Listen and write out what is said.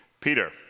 Peter